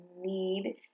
need